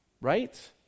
Right